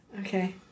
okay